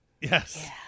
Yes